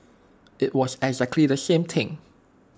IT was the exact same thing